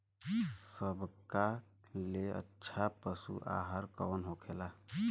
सबका ले अच्छा पशु आहार कवन होखेला?